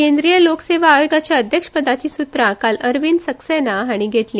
केंद्रीय लोकसेवा आयोगाच्या अध्यक्षपदाची सूत्रा काल अरविंद सक्सेना हांणी घेतली